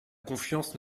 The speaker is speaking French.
confiance